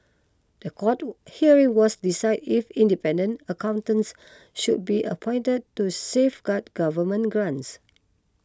the court hearing was decide if independent accountants should be appointed to safeguard government grants